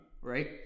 right